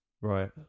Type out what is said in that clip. Right